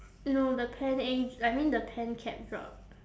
no the pen ink I mean the pen cap drop